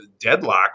Deadlock